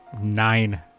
Nine